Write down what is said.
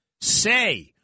say